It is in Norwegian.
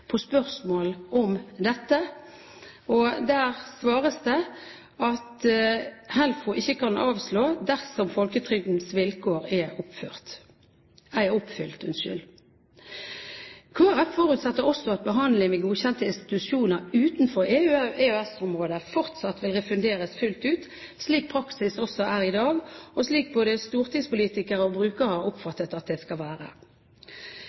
på spørsmål om dette. Det svares at Helfo ikke kan avslå dersom folketrygdens vilkår er oppfylt. Kristelig Folkeparti forutsetter også at behandlingen ved godkjente institusjoner utenfor EØS-området fortsatt vil refunderes fullt ut, slik praksis er i dag, og slik både stortingspolitikere og brukere har oppfattet at det skal være.